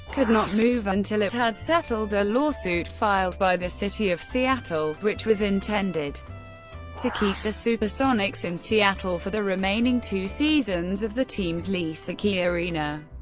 could not move until it had settled a lawsuit filed by the city of seattle, which was intended to keep the supersonics in seattle for the remaining two seasons of the team's lease at keyarena.